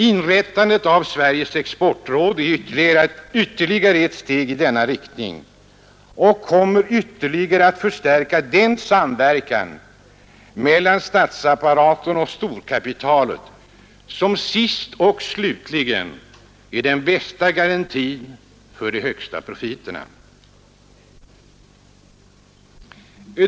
Inrättandet av Sveriges exportråd är ytterligare ett steg i denna riktning och kommer ytterligare att förstärka den samverkan mellan statsapparaten och storkapitalet som sist och slutligen är den bästa garantin för de högsta profiterna.